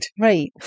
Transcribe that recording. Right